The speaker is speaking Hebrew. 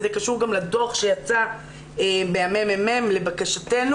וזה קשור גם לדוח שיצא מהמ.מ.מ לבקשתנו